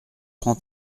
prend